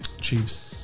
Chiefs